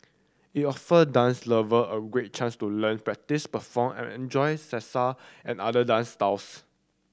it offer dance lover a great chance to learn practice perform and enjoy Salsa and other dance styles